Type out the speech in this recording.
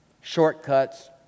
shortcuts